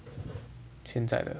现在的